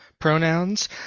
Pronouns